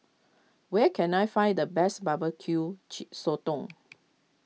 where can I find the best Barbecue Chee sotong